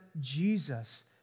Jesus